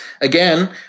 again